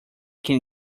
can